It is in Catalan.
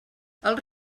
els